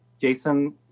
Jason